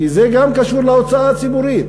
כי זה גם קשור להוצאה הציבורית.